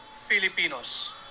Filipinos